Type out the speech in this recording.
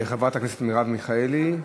חברת הכנסת מרב מיכאלי.